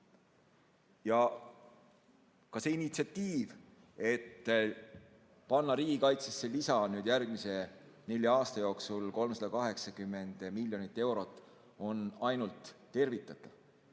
Ka see initsiatiiv, et panna riigikaitsesse lisa järgmise nelja aasta jooksul 380 miljonit eurot, on ainult tervitatav.